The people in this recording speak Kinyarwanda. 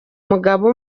mugabo